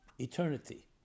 eternity